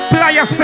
Playa